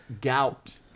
gout